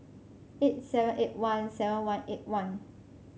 eight seven eight one seven one eight one